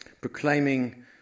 Proclaiming